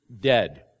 dead